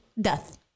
death